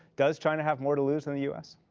does china have more to lose than the u s?